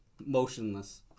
motionless